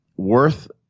Worth